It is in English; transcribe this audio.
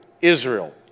Israel